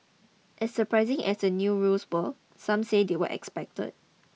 as surprising as the new rules were some say they were expected